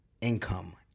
income